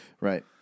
Right